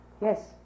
yes